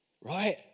Right